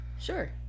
Sure